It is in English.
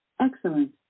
Excellent